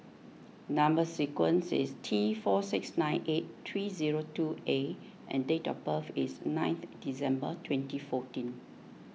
Number Sequence is T four six nine eight three zero two A and date of birth is ninth December twenty fourteen